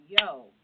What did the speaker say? yo